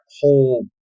whole